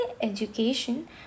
education